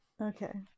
Okay